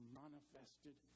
manifested